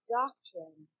doctrine